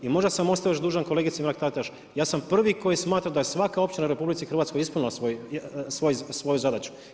I možda sam ostao još dužan kolegici Mrak-Taritaš, ja sam prvi koji smatra da je svaka općina u RH ispunila svoju zadaću.